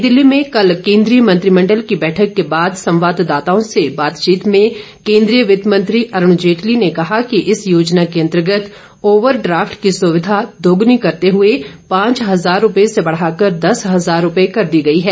नई दिल्ली में कल केंद्रीय मंत्रिमंडल की बैठक के बाद संवाददाताओं से बातचीत में केन्द्रीय वित्त मंत्री अरुण जेटली ने कहा कि इस योजना के अंतर्गत ओवरड्राफ्ट की सविधा दोगनी करते हुए पांच हजार रुपये से बढ़ाकर दस हजार रुपये कर दी गई है